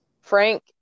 Frank